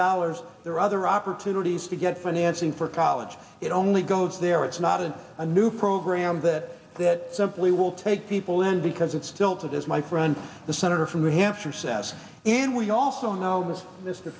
dollars there are other opportunities to get financing for college it only goes there it's not in a new program that that simply will take people in because it's filtered as my friend the senator from new hampshire says and we also know